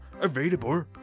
Available